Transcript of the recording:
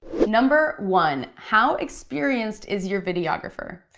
number one, how experienced is your videographer?